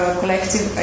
collective